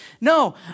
No